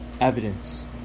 evidence